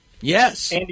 Yes